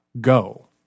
go